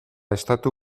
estatu